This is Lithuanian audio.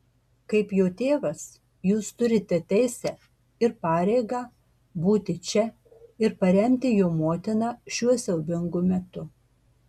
kaip jo tėvas jūs turite teisę ir pareigą būti čia ir paremti jo motiną šiuo siaubingu metu